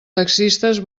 taxistes